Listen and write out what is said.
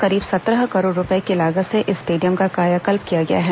करीब सत्रह करोड़ रूपये की लागत से इस स्टेडियम का कायाकल्प किया गया है